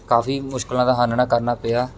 ਕਾਫੀ ਮੁਸ਼ਕਿਲਾਂ ਦਾ ਸਾਹਮਣਾ ਕਰਨਾ ਪਿਆ